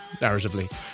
narratively